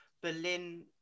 Berlin